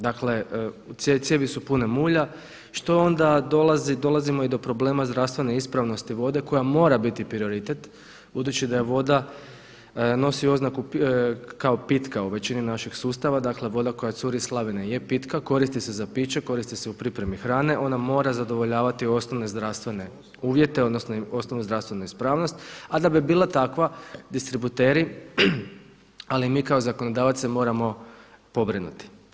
Dakle cijevi su pune mulja što onda dolazi, dolazimo i do problema zdravstvene ispravnosti vode koja mora biti prioritet budući da je voda nosi oznaku kao pitka u većini našeg sustava dakle voda koja curi iz slavine je pitka, koristi se za piće, koristi se u pripremi hrane, ona mora zadovoljavati osnovne zdravstvene uvjete, odnosno osnovnu zdravstvenu ispravnost a da bi bila takva distributeri ali i mi kao zakonodavac se moramo pobrinuti.